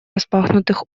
распахнутых